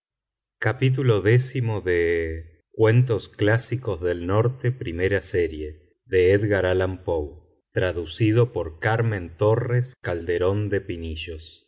gutenberg orglicense title cuentos clásicos del norte primera serie author edgar allan poe translator carmen torres calderón de pinillos